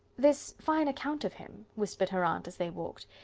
this fine account of him, whispered her aunt as they walked,